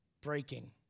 breaking